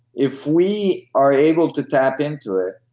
if we are able to tap into it